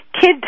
kid